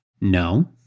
No